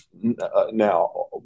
Now